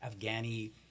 Afghani